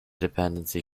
dependency